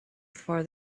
for